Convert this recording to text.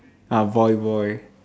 uh voyboy